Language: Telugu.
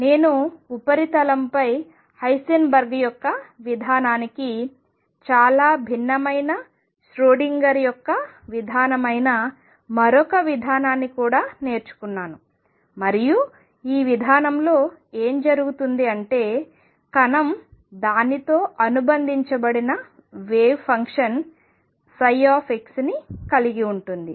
నేను ఉపరితలంపై హైసెన్బర్గ్ యొక్క విధానానికి చాలా భిన్నమైన ష్రోడింగర్ యొక్క విధానమైన మరొక విధానాన్ని కూడా నేర్చుకున్నాను మరియు ఈ విధానంలో ఏమి జరుగుతుంది అంటే కణం పార్టికల్ దానితో అనుబంధించబడిన వేవ్ ఫంక్షన్ ψ ని కలిగి ఉంటుంది